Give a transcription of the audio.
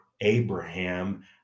Abraham